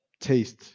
Taste